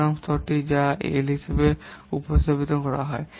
programme স্তরটি যা L হিসাবে উপস্থাপিত হয়